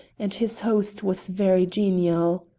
and his host was very genial.